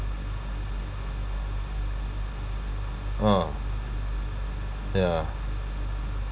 uh ya